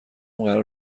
قرار